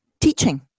teaching